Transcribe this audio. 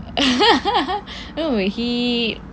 oh but he